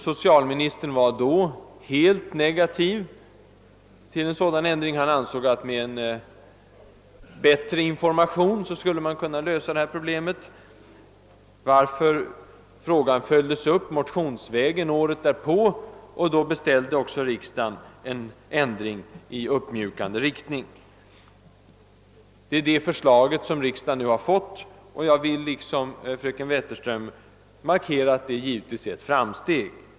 Socialministern var då helt negativ till en sådan ändring. Han ansåg att man skulle kunna lösa problemet genom en bättre information. Men frågan följdes upp motionsvägen året därpå, och då beställde också riksdagen en ändring i uppmjukande riktning. Det är detta förslag som nu föreligger, och jag vill liksom fröken Wetterström markera att det givetvis är ett framsteg.